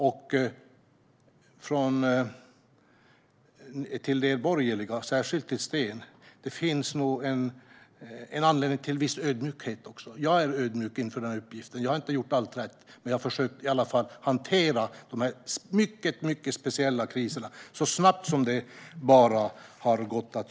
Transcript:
Jag säger till er borgerliga, särskilt till Sten: Det finns nog anledning till viss ödmjukhet. Jag är ödmjuk inför uppgiften. Jag har inte gjort allt rätt. Men jag har i alla fall försökt hantera dessa mycket speciella kriser så snabbt som jag har kunnat.